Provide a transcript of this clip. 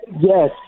Yes